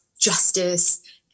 justice